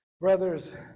brothers